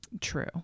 True